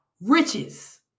riches